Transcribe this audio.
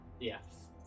Yes